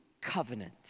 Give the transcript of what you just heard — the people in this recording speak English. covenant